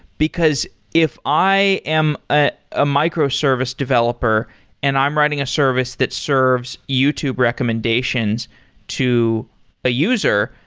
because if i am ah a microservice developer and i'm writing a service that serves youtube recommendations to a user,